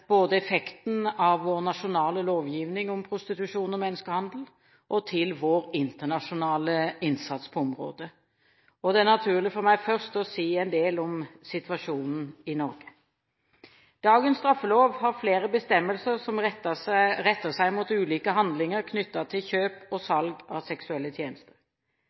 både til effekten av vår nasjonale lovgivning om prostitusjon og menneskehandel og til vår internasjonale innsats på området. Det er naturlig for meg først å si en del om situasjonen i Norge. Dagens straffelov har flere bestemmelser som retter seg mot ulike handlinger knyttet til kjøp og salg av seksuelle tjenester.